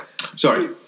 Sorry